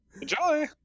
enjoy